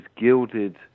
gilded